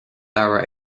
leabhar